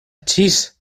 chis